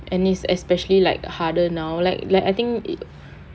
and it's especially like harder now like like I think it